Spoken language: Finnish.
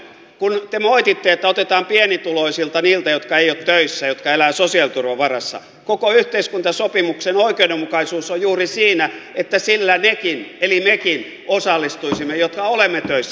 kun te moititte että otetaan pienituloisilta niiltä jotka eivät ole töissä jotka elävät sosiaaliturvan varassa niin koko yhteiskuntasopimuksen oikeudenmukaisuus on juuri siinä että sillä nekin eli mekin osallistuisimme jotka olemme töissä